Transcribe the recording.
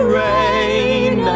rain